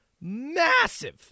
Massive